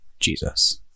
Jesus